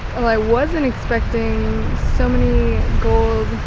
well i wasn't expecting so many gold